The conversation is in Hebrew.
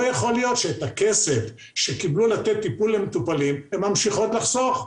לא יכול להיות שאת הכסף שקיבלו לתת טיפול למטופלים הן ממשיכות לחסוך.